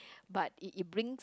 but it it brings